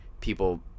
people